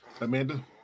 Amanda